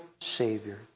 Savior